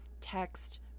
text